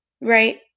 right